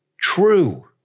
true